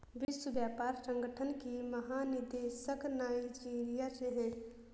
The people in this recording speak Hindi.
विश्व व्यापार संगठन की महानिदेशक नाइजीरिया से है